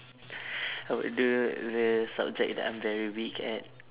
I would do the subject that I'm very weak at